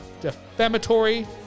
defamatory